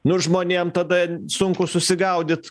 nu žmonėm tada sunku susigaudyt